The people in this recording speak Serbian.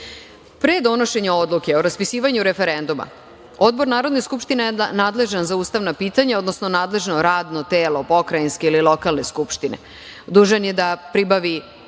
donošenja odluke o raspisivanju referenduma, odbor Narodne skupštine nadležan za ustavna pitanja, odnosno nadležno radno telo pokrajinske ili lokalne skupštine dužan je da pribavi